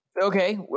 okay